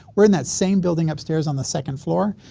we're in that same building upstairs on the second floor.